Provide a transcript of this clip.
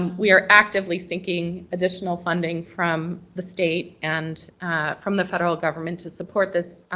we are actively seeking additional funding from the state and from the federal government to support this